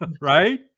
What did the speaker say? right